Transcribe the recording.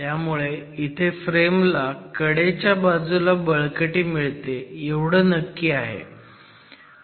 त्यामुळे इथे फ्रेम ला कडेच्या बाजूला बळकटी मिळते एवढं नक्की आहे